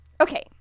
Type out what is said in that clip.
Okay